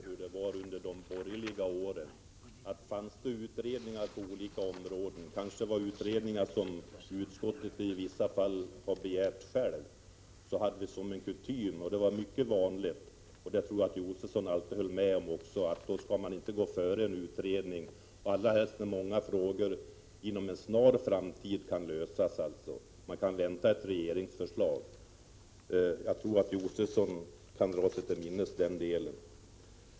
Herr talman! Jag skall börja mitt anförande där Stig Josefson slutade sitt och påminna om hur det var under de borgerliga regeringsåren. Om utredningar pågick på olika områden — det kanske var fråga om utredningar som utskotten själva i vissa fall hade begärt — var det kutym att man inte skulle ta ställning innan utredningsarbetet var klart, särskilt inte när många frågor inom en snar framtid skulle kunna lösas och man väntade på ett regeringsförslag. Det tror jag att Stig Josefson kan dra sig till minnes.